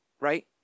right